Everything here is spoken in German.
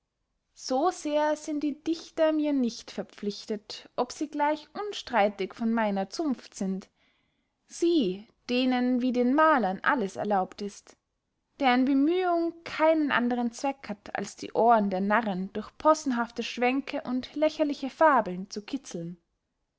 so sehr sind die dichter mir nicht verpflichtet ob sie gleich unstreitig von meiner zunft sind sie denen wie den mahlern alles erlaubt ist deren bemühung keinen andern zweck hat als die ohren der narren durch possenhafte schwänke und lächerliche fabeln zu kitzlen